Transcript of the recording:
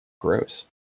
Gross